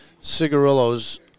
cigarillos